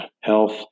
health